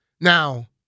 Now